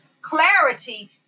clarity